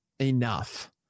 enough